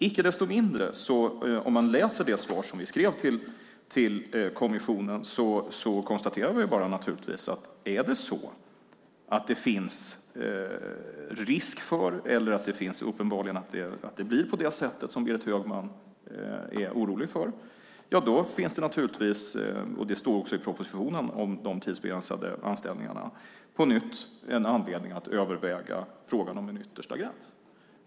Icke desto mindre: I det svar som vi skrev till kommissionen konstaterar vi naturligtvis bara att det, om risken finns att det blir så som Berit Högman är orolig för att det ska bli, på nytt finns - det står i propositionen om de tidsbegränsade anställningarna - anledning att överväga frågan om en yttersta gräns.